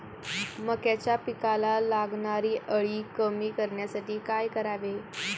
मक्याच्या पिकाला लागणारी अळी कमी करण्यासाठी काय करावे?